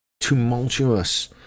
tumultuous